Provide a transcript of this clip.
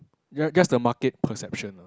ya that's the market perception lah